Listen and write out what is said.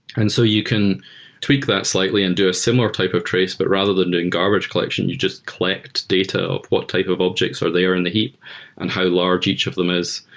and so you can tweak that slightly and do a similar type of trace, but rather than doing garbage collection, you just collect data of what type of objects are there in the heap and how large each of them is.